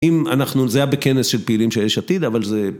אם אנחנו, זה היה בכנס של פעילים של יש עתיד, אבל זה...